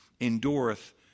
endureth